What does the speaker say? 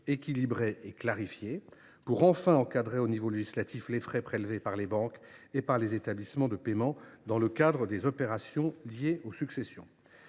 équilibré et clarifié, pour enfin encadrer au niveau législatif les frais prélevés par les banques et par les établissements de paiement dans le cadre des opérations liées aux successions.